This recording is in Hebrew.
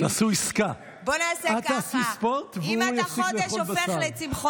תעשו עסקה: את תעשי ספורט והוא יפסיק לאכול בשר.